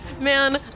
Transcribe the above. Man